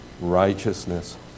righteousness